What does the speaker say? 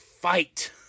fight